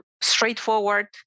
straightforward